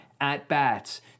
at-bats